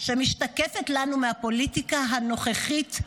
שמשתקפת לנו מהפוליטיקה הנוכחית,